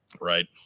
Right